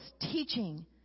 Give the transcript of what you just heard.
teaching